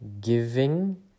giving